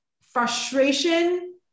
frustration